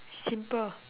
simple